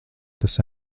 tas